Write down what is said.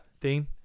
Dean